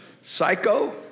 psycho